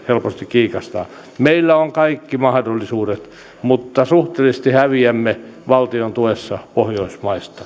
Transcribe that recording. kiikastaa meillä on kaikki mahdollisuudet mutta suhteellisesti häviämme valtion tuessa pohjoismaille